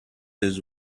his